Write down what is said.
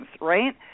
right